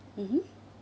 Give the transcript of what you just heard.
mmhmm